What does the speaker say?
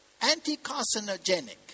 anti-carcinogenic